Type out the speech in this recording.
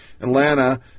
Atlanta